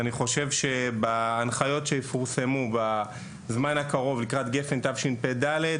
אני חושב שבהנחיות שיפורסמו בזמן הקרוב לקראת גפ"ן תשפ"ד,